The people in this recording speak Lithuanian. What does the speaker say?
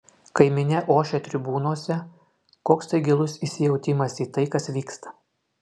kai minia ošia tribūnose koks tai gilus įsijautimas į tai kas vyksta